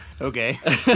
Okay